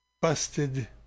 busted